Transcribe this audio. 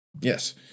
Yes